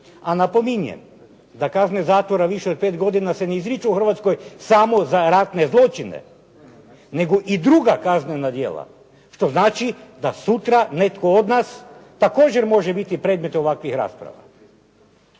a napominjem da kazne zatvora više od pet godina se ne izriču u Hrvatskoj samo za ratne zločine, nego i druga kaznena djela što znači da sutra netko od nas također može biti predmet ovakvih rasprava.